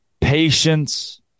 patience